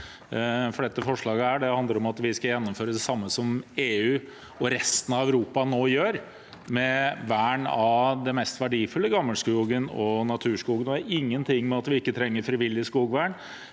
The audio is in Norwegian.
for dette forslaget handler om at vi skal gjennomføre det samme som EU og resten av Europa nå gjør, med vern av den mest verdifulle gammelskogen og naturskogen. Det har ingenting å gjøre med at vi ikke trenger frivillig skogvern.